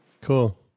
cool